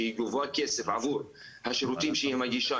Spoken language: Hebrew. שהיא גובה כסף עבור השירותים שהיא מגישה.